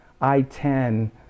I-10